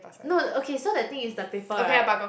no okay so the thing is the paper [right]